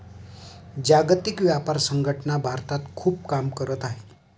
जागतिक व्यापार संघटना भारतात खूप काम करत आहे